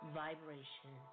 vibration